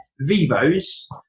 Vivos